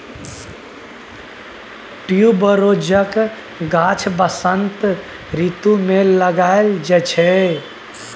ट्युबरोजक गाछ बसंत रितु मे लगाएल जाइ छै